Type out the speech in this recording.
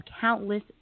countless